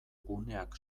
guneak